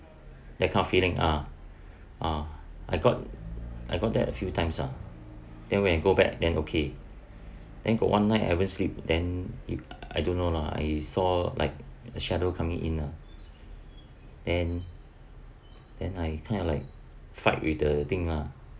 that kind of feeling ah ah I got I got there a few times lah then when I go back then okay then got one night haven't sleep then I don't know lah I saw like a shadow coming in ah then then I kind of like fight with the thing lah